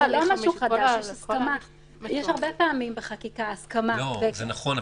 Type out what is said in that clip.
יש הרבה פעמים בחקיקה הסכמה --- זה נכון,